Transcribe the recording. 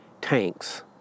tanks